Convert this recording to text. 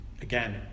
again